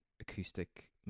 acoustic